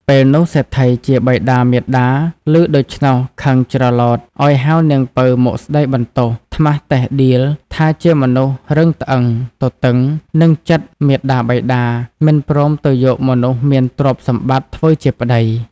ពេលនោះសេដ្ឋីជាបិតាមាតាឮដូច្នោះខឹងច្រឡោតឲ្យហៅនាងពៅមកស្ដីបន្ទោស ត្មះតិះដៀលថាជាមនុស្សរឹងត្អឹងទទឹងនឹងចិត្តមាតាបិតា មិនព្រមទៅយកមនុស្សមានទ្រព្យសម្បត្តិធ្វើជាប្ដី។